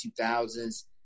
2000s